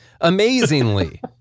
amazingly